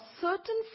certain